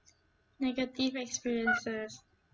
negative experiences